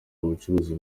ubucuruzi